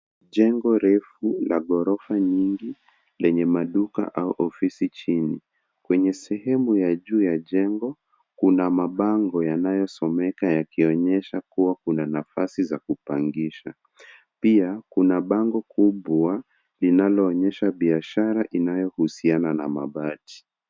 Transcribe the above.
Jengo refu la ghorofa nyingi, lenye maduka au ofisi chini. Kwenye sehemu ya juu ya jengo, kuna mabango yanayosomeka yakionyesha kuwa kuna nafasi za kupangisha. Pia, kuna bango kubwa linaloonyesha biashara inayohusiana na mabati.